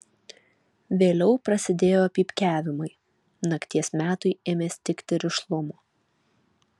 vėliau prasidėjo pypkiavimai nakties metui ėmė stigti rišlumo